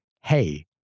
hey